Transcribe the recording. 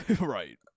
right